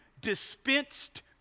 dispensed